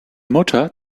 mutter